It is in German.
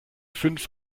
fünf